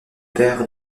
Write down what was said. père